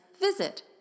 visit